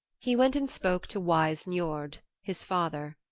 he went and spoke to wise niord, his father.